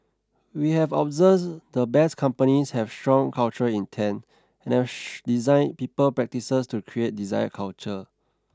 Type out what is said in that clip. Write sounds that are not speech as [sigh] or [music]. we have observed the Best Companies have strong cultural intent and [unintelligible] designed people practices to create desired culture